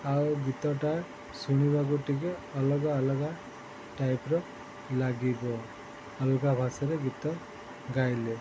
ଆଉ ଗୀତଟା ଶୁଣିବାକୁ ଟିକେ ଅଲଗା ଅଲଗା ଟାଇପ୍ର ଲାଗିବ ଅଲଗା ଭାଷାରେ ଗୀତ ଗାଇଲେ